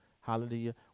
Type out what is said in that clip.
Hallelujah